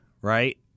right